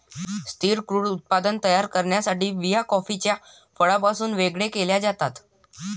स्थिर क्रूड उत्पादन तयार करण्यासाठी बिया कॉफीच्या फळापासून वेगळे केल्या जातात